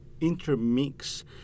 intermix